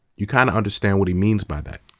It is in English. you kind of understand what he means by that.